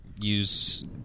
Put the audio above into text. use